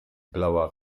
blauer